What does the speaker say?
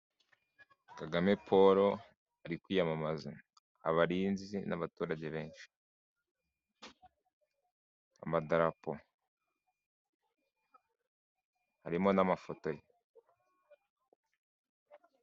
Kagame paul ari kwiyamamaza abarinzi n'abaturage benshi, amadarapo harimo n'amafoto ye.